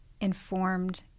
informed